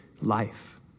life